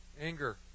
anger